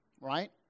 right